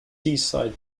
seaside